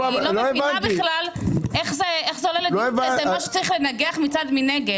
אני בכלל לא מבינה איך זה עולה לדיון ולמה צריך לנגח מנגד.